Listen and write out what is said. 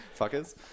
fuckers